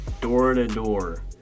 door-to-door